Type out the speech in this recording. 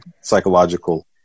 psychological